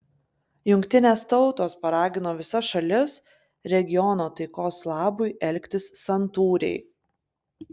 jungtinės tautos paragino visas šalis regiono taikos labui elgtis santūriai